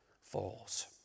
falls